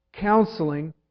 counseling